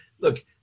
look